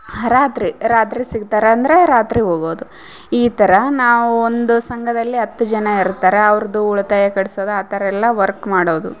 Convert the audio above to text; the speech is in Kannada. ರಾತ್ರಿ ರಾತ್ರಿ ಸಿಕ್ತಾರ ಅಂದರೆ ರಾತ್ರಿ ಹೋಗೋದು ಈ ಥರ ನಾವು ಒಂದು ಸಂಘದಲ್ಲಿ ಹತ್ತು ಜನ ಇರ್ತಾರೆ ಅವರದ್ದು ಉಳಿತಾಯ ಕಟ್ಸದ ಆ ಥರ ಎಲ್ಲ ವರ್ಕ್ ಮಾಡೋದು